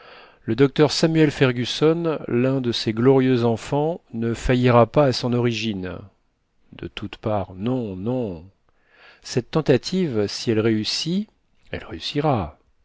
le docteur samuel fergusson l'un de ses glorieux enfants ne faillira pas à son origine de toutes parts non non cette tentative si elle réussit